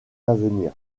l’avenir